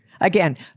Again